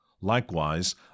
Likewise